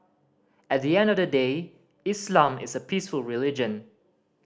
at the end of the day Islam is a peaceful religion